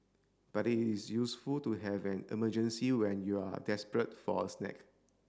but it is useful to have an emergency when you are desperate for a snack